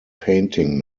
painting